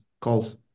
calls